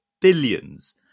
billions